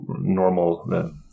normal